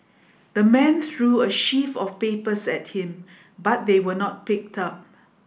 the man threw a sheaf of papers at him but they were not picked up